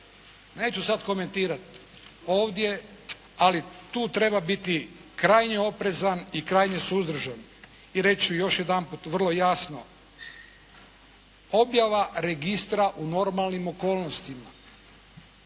neću sad komentirati ovdje, ali tu treba biti krajnje oprezan i krajnje suzdržan i reći ću još jedanput vrlo jasno. Objava registra u normalnim okolnostima.